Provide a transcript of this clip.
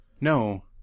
No